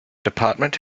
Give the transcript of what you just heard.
department